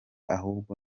ahubwo